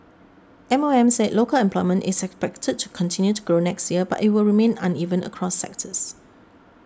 M O M said local employment is expected to continue to grow next year but it will remain uneven across sectors